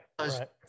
right